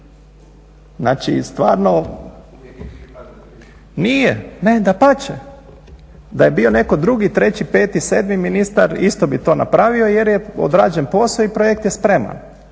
ne razumije./… Nije, ne, dapače da je bio netko drugi, treći, peti, sedmi ministar isto bi to napravio jer je odrađen posao i projekt je spreman.